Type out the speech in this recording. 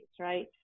right